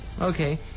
Okay